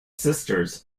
sisters